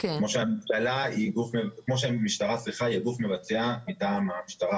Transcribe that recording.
כמו שהמשטרה היא הגוף המבצע מטעם ---,